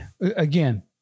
again